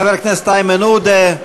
כך גם חבר הכנסת איימן עודה.